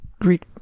Greek